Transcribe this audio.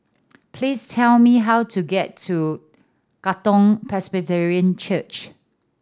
please tell me how to get to Katong Presbyterian Church